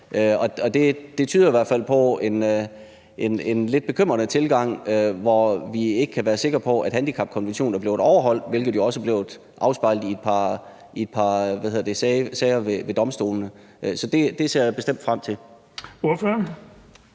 på en lidt bekymrende tilgang, hvor vi ikke kan være sikre på, at handicapkonventionen er blevet overholdt, hvilket jo også har været afspejlet i et par sager ved domstolene. Så jeg ser bestemt frem til